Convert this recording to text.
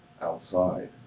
outside